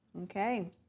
Okay